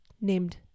named